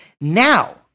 Now